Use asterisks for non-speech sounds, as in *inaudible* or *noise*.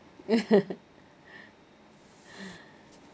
*laughs* *breath*